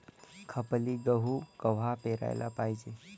खपली गहू कवा पेराले पायजे?